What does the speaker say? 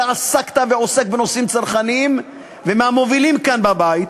אתה שעסקת ועוסק בנושאים צרכניים ומהמובילים כאן בבית,